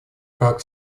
как